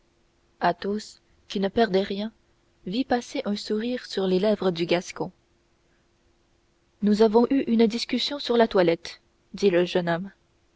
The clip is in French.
rougissant athos qui ne perdait rien vit passer un fin sourire sur les lèvres du gascon nous avons eu une discussion sur la toilette dit le jeune homme